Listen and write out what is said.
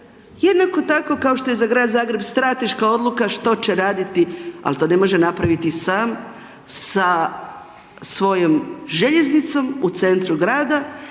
jednako tako kao što je i za grad Zagreb strateška odluka što će raditi ali to ne može napraviti sam sa svojom željeznicom u centru grada